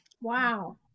Wow